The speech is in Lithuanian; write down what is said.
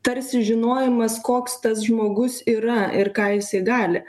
tarsi žinojimas koks tas žmogus yra ir ką jisai gali